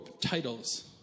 titles